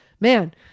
Man